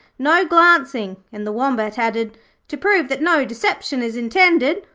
no glancing and the wombat added to prove that no deception is intended,